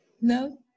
No